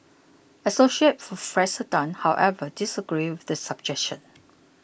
assoc Prof Tan however disagreed with the suggestion